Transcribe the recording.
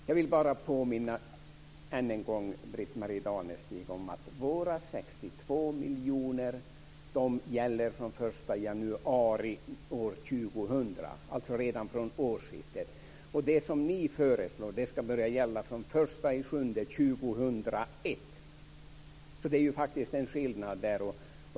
Fru talman! Jag vill bara än en gång påminna Britt-Marie Danestig om att våra 62 miljoner gäller från den 1 januari år 2000. De gäller alltså redan från årsskiftet. Det som ni föreslår ska börja gälla från den 1 juli år 2001, så det är ju faktiskt en skillnad.